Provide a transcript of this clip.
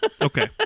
Okay